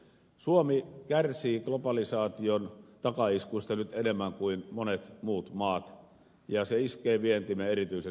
suomi kärsii globalisaation takaiskuista nyt enemmän kuin monet muut maat ja se iskee vientiimme erityisen suurella voimalla